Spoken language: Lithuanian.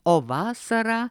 o vasara